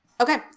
Okay